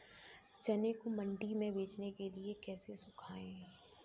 चने को मंडी में बेचने के लिए कैसे सुखाएँ?